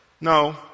No